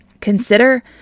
Consider